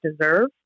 deserve